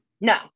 no